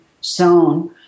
sown